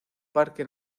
parque